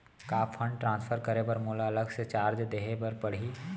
का fund transfer करे बर मोला अलग से चार्ज देहे बर परही?